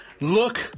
look